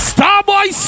Starboy